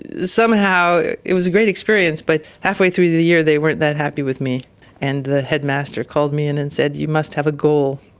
somehow, it was a great experience, but halfway through the year they weren't that happy with me and the headmaster called me in and said, you must have a goal,